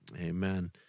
Amen